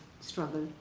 struggle